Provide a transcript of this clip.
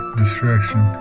distraction